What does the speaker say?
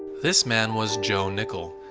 this man was joe nickell,